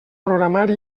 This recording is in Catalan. programari